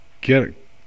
get